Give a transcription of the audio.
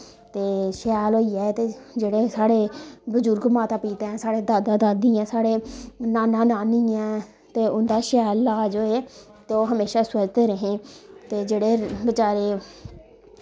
ते शैल होई जाए ते जेह्ड़े साढ़े बजुर्ग माता पिता ऐं साढ़े दादा दादी ऐं साढ़े नाना नानी ऐं ते उं'दा शैल लाज़ होए ते ओहे हमेशा स्वस्थ रहें ते जेह्ड़े बचारे